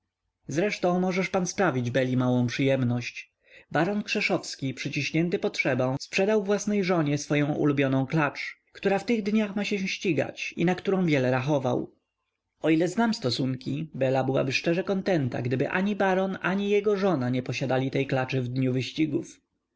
zresztą możesz pan sprawić beli małą przyjemność baron krzeszowski przyciśnięty potrzebą sprzedał własnej żonie swoję ulubioną klacz która w tych dniach ma się ścigać i na którą wiele rachował o ile znam stosunki bela byłaby szczerze kontenta gdyby ani baron ani jego żona nie posiadali tej klaczy w dniu wyścigów